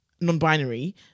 non-binary